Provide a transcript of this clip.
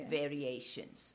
variations